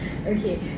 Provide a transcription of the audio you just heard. Okay